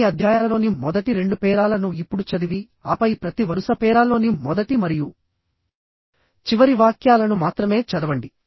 అన్ని అధ్యాయాలలోని మొదటి రెండు పేరాలను ఇప్పుడు చదివి ఆపై ప్రతి వరుస పేరాల్లోని మొదటి మరియు చివరి వాక్యాలను మాత్రమే చదవండి